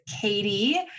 Katie